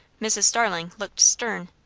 mrs. starling looked stern.